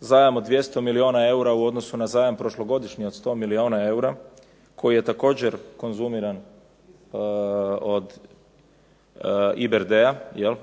zajam od 200 milijuna eura u odnosu na zajam prošlogodišnji od 100 milijuna eura koji je također konzumiran od IBRD-a